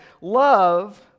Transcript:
Love